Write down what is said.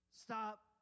Stop